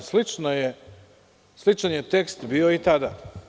Sličan je tekst bio i tada.